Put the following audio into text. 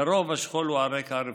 לרוב, השכול הוא על רקע רפואי.